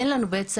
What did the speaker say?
אין לנו בעצם